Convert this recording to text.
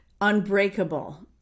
Unbreakable